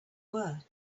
were